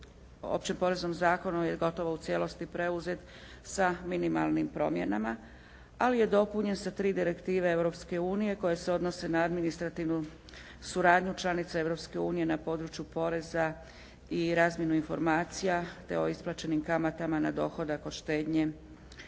Opće poreznom zakonu je gotovo u cijelosti preuzet sa minimalnim promjenama ali je dopunjen sa 3 direktive Europske unije koje se odnose na administrativnu suradnju članica Europske unije na području poreza i razmjenu informacija te o isplaćenim kamatama na dohodak od štednje.